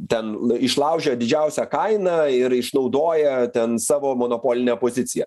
ten išlaužę didžiausią kainą ir išnaudoja ten savo monopolinę poziciją